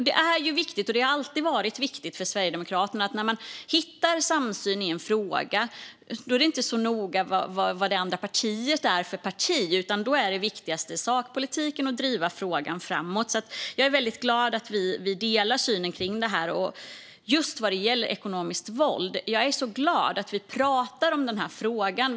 Det är viktigt och har alltid varit viktigt för Sverigedemokraterna att när man hittar samsyn i en fråga är det inte så noga vad det andra partiet är för parti, utan då är det viktigaste sakpolitiken och att driva frågan framåt. Jag är väldigt glad att vi delar synen vad gäller just ekonomiskt våld. Jag är så glad att vi pratar om den här frågan.